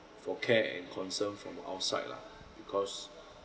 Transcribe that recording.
for care and concern from outside lah because